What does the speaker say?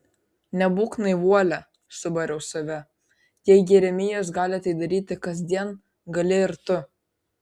nebūk naivuolė subariau save jei jeremijas gali tai daryti kasdien gali ir tu